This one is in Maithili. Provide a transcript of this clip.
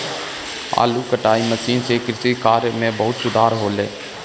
आलू कटाई मसीन सें कृषि कार्य म बहुत सुधार हौले